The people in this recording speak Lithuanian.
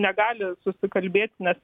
negali susikalbėti nes